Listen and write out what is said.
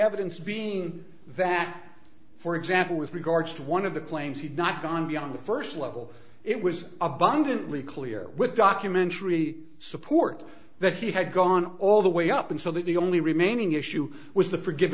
evidence being that for example with regards to one of the claims he'd not gone beyond the first level it was abundantly clear with documentary support that he had gone all the way up and so that the only remaining issue was the forgive